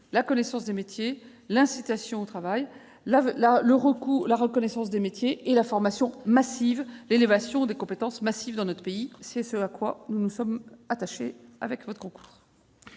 la connaissance des métiers, l'incitation au travail, la reconnaissance des métiers et la formation massive pour tirer vers le haut l'ensemble des compétences. C'est ce à quoi nous nous sommes attelés avec votre concours.